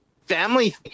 family